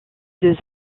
deux